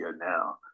now